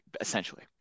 Essentially